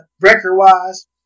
record-wise